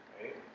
right